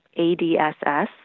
ADSS